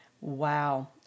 Wow